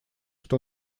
что